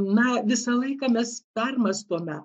na visą laiką mes permąstome